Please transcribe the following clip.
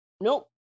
Nope